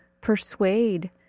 persuade